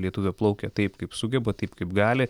lietuvė plaukia taip kaip sugeba taip kaip gali